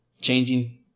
changing